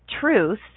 truth